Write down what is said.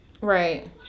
Right